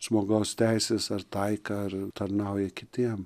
žmogaus teises ar taiką ar tarnauja kitiem